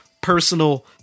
personal